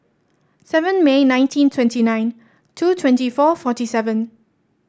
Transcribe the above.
seven May nineteen twenty nine two twenty four forty seven